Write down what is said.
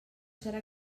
serà